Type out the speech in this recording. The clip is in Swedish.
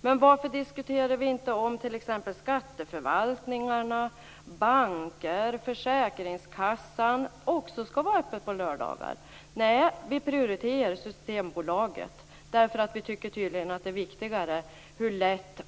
Men varför diskuterar vi inte varför inte skatteförvaltningar, banker och försäkringskassor också skall vara öppna på lördagar? Nej, vi prioriterar Systembolaget, därför att vi tydligen tycker att det är viktigare hur lätt